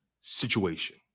situation